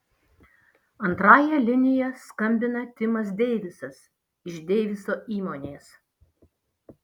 antrąja linija skambina timas deivisas iš deiviso įmonės